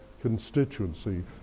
constituency